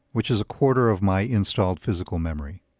which is a quarter of my installed physical memory.